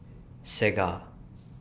Segar